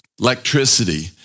electricity